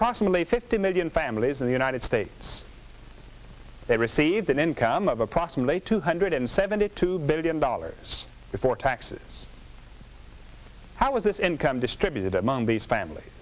approximately fifty million families in the united states they received an income of approximately two hundred seventy two billion dollars before taxes how is this income distributed among these famil